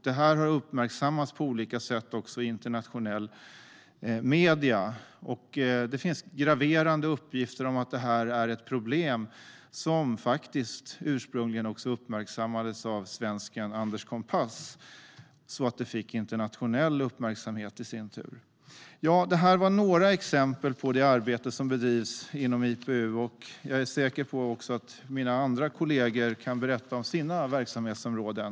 Detta har uppmärksammats på olika sätt också i internationella medier. Det finns graverande uppgifter om att det här är ett problem som ursprungligen uppmärksammades av svensken Anders Kompass. Det i sin tur gjorde att det blev en internationell uppmärksamhet. Det här var några exempel på det arbete som bedrivs inom IPU. Jag är säker på att mina andra kollegor kan berätta om sina verksamhetsområden.